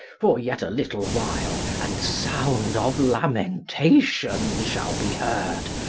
for, yet a little while, and sound of lamentation shall be heard,